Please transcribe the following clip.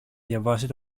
διαβάσει